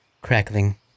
crackling